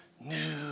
new